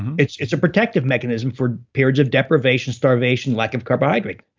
it's it's a protective mechanism for periods of deprivation, starvation, lack of carbohydrate.